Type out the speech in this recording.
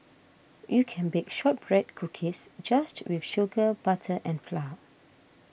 you can bake Shortbread Cookies just with sugar butter and flour